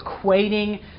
equating